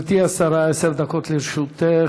גברתי השרה, עשר דקות לרשותך.